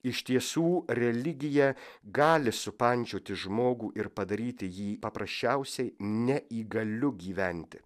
iš tiesų religija gali supančioti žmogų ir padaryti jį paprasčiausiai neįgaliu gyventi